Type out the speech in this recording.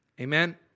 Amen